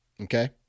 Okay